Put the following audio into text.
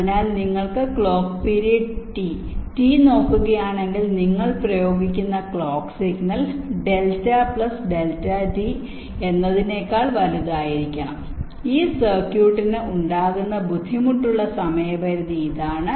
അതിനാൽ നിങ്ങൾ clock period T T നോക്കുകയാണെങ്കിൽ നിങ്ങൾ പ്രയോഗിക്കുന്ന clock signal delta plus delta D എന്നതിനേക്കാൾ വലുതായിരിക്കണം ഈ സർക്യൂട്ടിന് ഉണ്ടാകുന്ന ബുദ്ധിമുട്ടുള്ള സമയ പരിമിതി ഇതാണ്